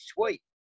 sweet